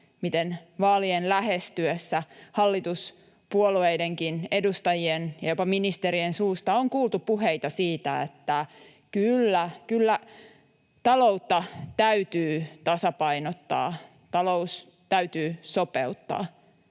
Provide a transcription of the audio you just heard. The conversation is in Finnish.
miten vaalien lähestyessä hallituspuolueidenkin edustajien ja jopa ministerien suusta on kuultu puheita, että kyllä, kyllä taloutta täytyy tasapainottaa, talous täytyy sopeuttaa